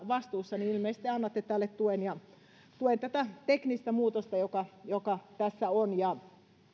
vastuussa ilmeisesti annatte tälle tuen tuen tätä teknistä muutosta joka joka tässä on ja